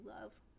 love